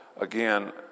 again